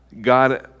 God